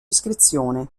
iscrizione